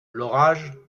l’orage